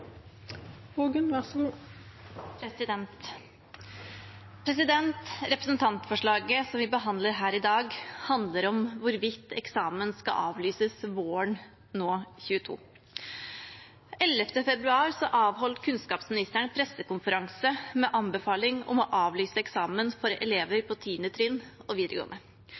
Representantforslaget som vi behandler her i dag, handler om hvorvidt eksamen skal avlyses nå for våren 2022. Den 11. februar avholdt kunnskapsministeren pressekonferanse med anbefaling om å avlyse eksamen for elever på 10. trinn og videregående.